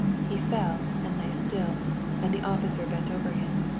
he fell and lay still and the officer bent over him.